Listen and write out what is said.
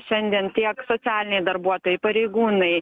šiandien tiek socialiniai darbuotojai pareigūnai